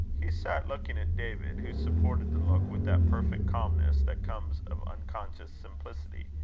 hugh sat looking at david, who supported the look with that perfect calmness that comes of unconscious simplicity.